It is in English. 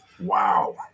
Wow